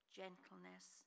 gentleness